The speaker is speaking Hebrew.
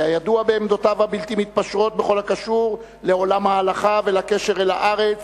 היה ידוע בעמדותיו הבלתי-מתפשרות בכל הקשור לעולם ההלכה ולקשר אל הארץ,